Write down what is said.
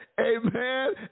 amen